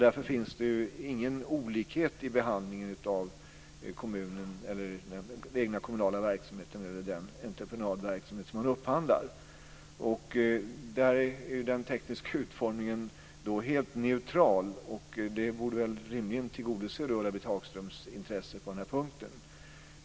Därför finns det ingen olikhet i behandlingen av den egna kommunala verksamheten och den entreprenadverksamhet som man upphandlar. Där är den tekniska utformningen då helt neutral, och det borde väl rimligen tillgodose Ulla-Britt Hagströms intresse på den här punkten.